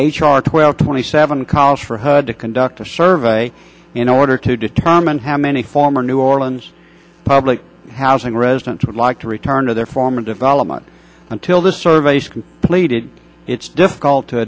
r twelve twenty seven calls for her to conduct a survey in order to determine how many former new orleans public housing residents would like to return to their former development until the surveys completed it's difficult to